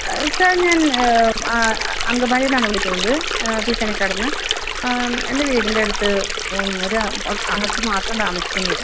ആ സാർ ഞാൻ ആ അങ്കമാലീന്നാണ് വിളിക്കുന്നത് പീച്ചാനിക്കാടുന്ന് എൻ്റെ വീടിൻ്റടുത്ത് ഒരു അമ്മച്ചി മാത്രം താമസിക്കുന്നുള്ളൂ